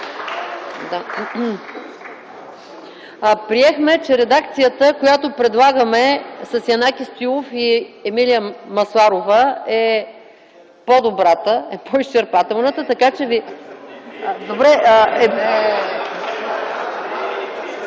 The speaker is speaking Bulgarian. Приехме, че редакцията, която предлагаме с Янаки Стоилов и Емилия Масларова, е по-добрата, по-изчерпателната. (Смях от ГЕРБ.)